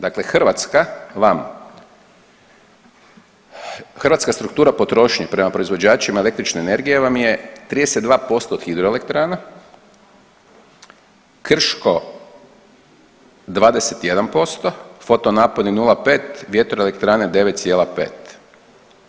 Dakle, Hrvatska vam, hrvatska struktura potrošnje prema proizvođačima električne energije vam je 32% od hidroelektrana, Krško 21%, fotonapojni 0,5, vjetroelektrane 9,5.